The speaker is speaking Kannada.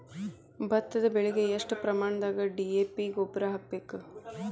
ಭತ್ತದ ಬೆಳಿಗೆ ಎಷ್ಟ ಪ್ರಮಾಣದಾಗ ಡಿ.ಎ.ಪಿ ಗೊಬ್ಬರ ಹಾಕ್ಬೇಕ?